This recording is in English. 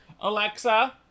Alexa